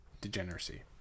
degeneracy